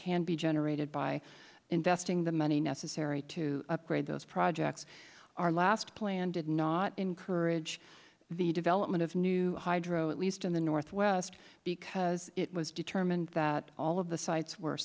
can be generated by investing the money necessary to upgrade those projects our last plan did not encourage the development of new hydro at least in the northwest because it was determined that all of the sites were